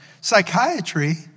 Psychiatry